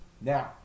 Now